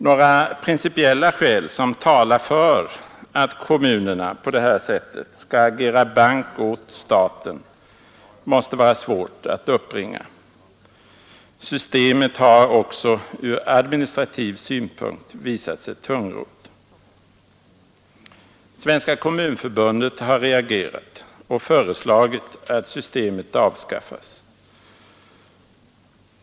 Några principiella skäl som talar för att kommunerna på detta sätt skall agera bank åt staten måste vara svåra att uppbringa. Systemet har också från administrativ synpunkt visat sig vara tungrott. Svenska kommunförbundet har reagerat och föreslagit att systemet avskaffas.